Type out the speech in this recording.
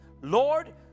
Lord